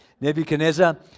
Nebuchadnezzar